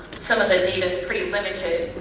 some of the data is pretty limited,